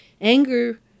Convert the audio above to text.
Anger